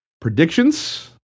predictions